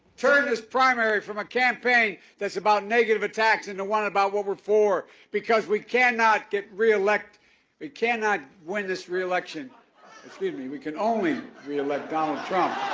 turning this primary from a campaign that's about negative attacks into one that's about what we're for because we cannot get re-elect we cannot win this re-election excuse me. we can only re-elect donald trump.